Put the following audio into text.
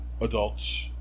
adults